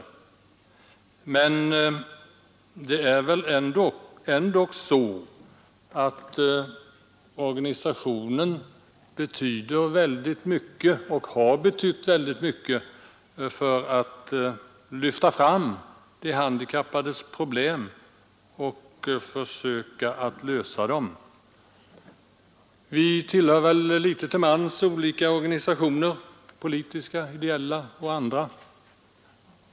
Men det är ändå så att själva organisationen betyder väldigt mycket, och har betytt väldigt mycket, för att lyfta fram de handikappades problem och försöka lösa dem. Vi tillhör litet till mans olika organisationer — politiska, ideella etc.